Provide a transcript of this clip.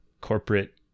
Corporate